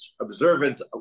observant